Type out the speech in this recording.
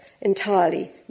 entirely